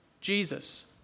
Jesus